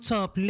Top